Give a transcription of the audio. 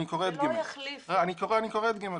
אני קורא את (ג),